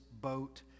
boat